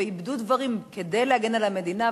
ואיבדו דברים כדי להגן על המדינה,